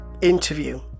interview